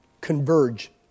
Converge